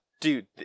Dude